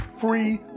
free